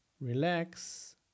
relax